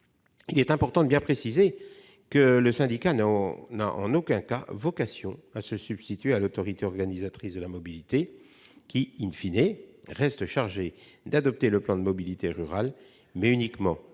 Il est important de préciser que le syndicat d'énergie n'a en aucun cas vocation à se substituer à l'autorité organisatrice de la mobilité, qui reste chargée d'adopter le plan de mobilité rurale, mais uniquement